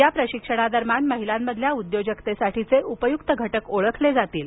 या प्रशिक्षणादरम्यान महिलांमधील उद्योजकतेसाठीचे उपयुक्त घटक ओळखले जातील